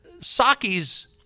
Saki's